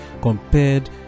compared